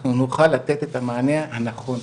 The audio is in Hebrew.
אנחנו נוכל לתת את המענה הנכון,